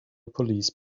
police